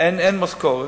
אין משכורת,